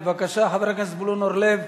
בבקשה, חבר הכנסת זבולון אורלב,